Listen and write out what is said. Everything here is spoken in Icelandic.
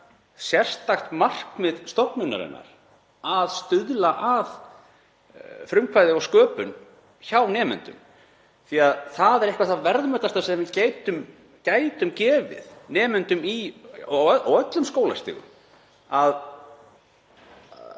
sérstakt markmið stofnunarinnar að stuðla að frumkvæði og sköpun hjá nemendum því að það er eitthvað það verðmætasta sem við gætum gefið nemendum á öllum skólastigum,